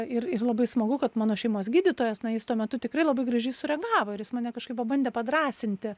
ir ir labai smagu kad mano šeimos gydytojas na jis tuo metu tikrai labai gražiai sureagavo ir jis mane kažkaip pabandė padrąsinti